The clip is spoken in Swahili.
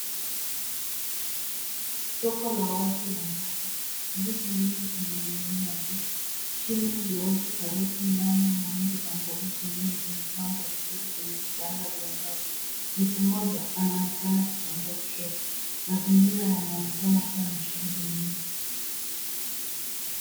Soko la wazi la mboga. Ndizi nyingi zimening'inia juu. Chini viazi, karoti, nyanya, mahindi, na mboga zingine zimepangwa vizuri kwenye vibanda vya mbao. Mtu mmoja, anaonekana akitembea kushoto. Mazingira yanaonekana kuwa na shughuli nyingi.